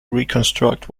reconstruct